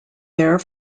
there